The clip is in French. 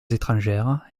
étrangères